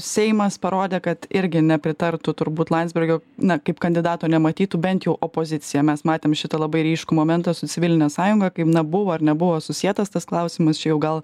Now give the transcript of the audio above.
seimas parodė kad irgi nepritartų turbūt landsbergio na kaip kandidato nematytų bent jau opozicija mes matėm šitą labai ryškų momentą su civiline sąjunga kaip na buvo ar nebuvo susietas tas klausimas čia jau gal